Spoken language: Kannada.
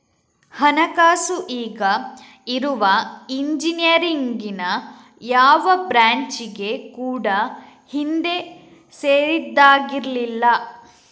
ಹಣಕಾಸು ಈಗ ಇರುವ ಇಂಜಿನಿಯರಿಂಗಿನ ಯಾವ ಬ್ರಾಂಚಿಗೆ ಕೂಡಾ ಹಿಂದೆ ಸೇರಿದ್ದಾಗಿರ್ಲಿಲ್ಲ